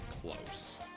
close